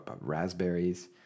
raspberries